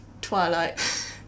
Twilight